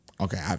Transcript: Okay